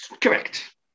Correct